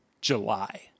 July